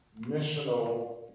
missional